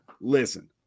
listen